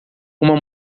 uma